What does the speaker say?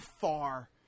far